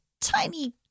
tiny